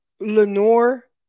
Lenore